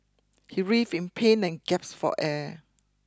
he writhed in pain and for air